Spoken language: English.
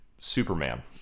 superman